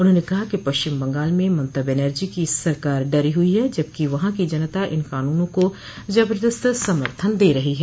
उन्होंने कहा कि पश्चिम बंगाल में ममता बनर्जी की सरकार डरी हुई है जबकि वहां की जनता इन कानूनों को जबरदस्त समर्थन दे रही है